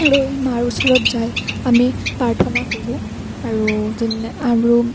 লৈ মাৰ ওচৰত যায় আমি প্ৰাৰ্থনা কৰোঁ আৰু আৰু